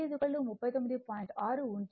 ఉంటే ఈ L ను లెక్కించండి 0